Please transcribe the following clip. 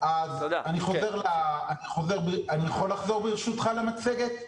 יכול לחזור ברשותך למצגת?